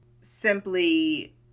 simply